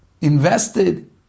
invested